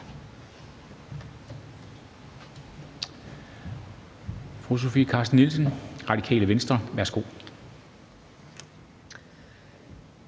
fru Sofie Carsten Nielsen, Radikale Venstre. Værsgo.